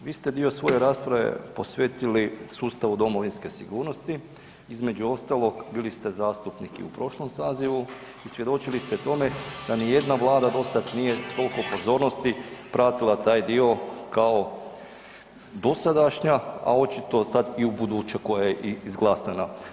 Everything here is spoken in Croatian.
Kolega Stier vi ste dio svoje rasprave posvetili sustavu domovinske sigurnosti, između ostalog bili ste zastupnik i u prošlom sazivu i svjedočili ste tome da niti jedna Vlada do sada nije s toliko pozornosti pratila taj dio kao dosadašnja, a očito sada i buduća koja je izglasana.